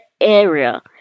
area